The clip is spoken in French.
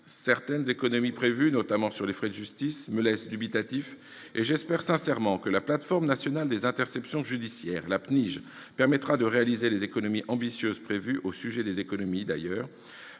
Certaines économies prévues, notamment sur les frais de justice, me laissent dubitatif. J'espère sincèrement que la plateforme nationale des interceptions judiciaires, la PNIJ, permettra de réaliser les économies ambitieuses prévues. S'agissant justement des